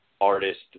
artist